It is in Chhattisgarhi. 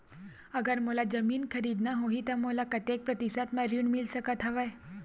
अगर मोला जमीन खरीदना होही त मोला कतेक प्रतिशत म ऋण मिल सकत हवय?